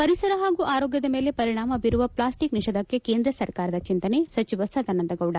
ಪರಿಸರ ಹಾಗೂ ಆರೋಗ್ಗದ ಮೇಲೆ ಪರಿಣಾಮ ಬೀರುವ ಪ್ಲಾಸ್ಟಿಕ್ ನಿಷೇಧಕ್ಕೆ ಕೇಂದ್ರ ಸರ್ಕಾರದ ಚಿಂತನೆ ಸಚಿವ ಸದಾನಂದಗೌಡ